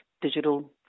digital